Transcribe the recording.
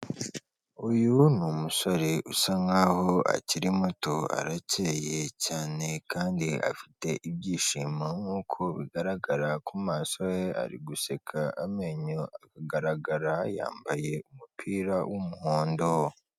Uyu ni umusore usa nk'aho akiri muto arakeyeye cyane kandi afite ibyishimo nk'uko bigaragara kumaso he, ari guseka amenyo akagaragara yambaye umupira w'umuhondo.